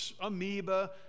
amoeba